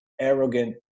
arrogant